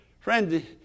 friend